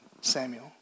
Samuel